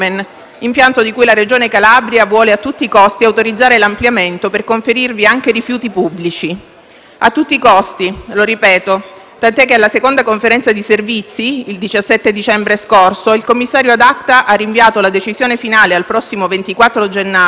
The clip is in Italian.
impianto di cui la Regione Calabria vuole a tutti i costi autorizzare l'ampliamento per conferirvi anche rifiuti pubblici. Ripeto: lo vuole fare a tutti i costi, tant'è che alla seconda conferenza di servizi, il 17 dicembre scorso, il commissario *ad acta* ha rinviato la decisione finale al prossimo 24 gennaio